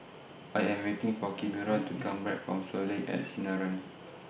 I Am waiting For Kimora to Come Back from Soleil At Sinaran